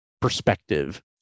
perspective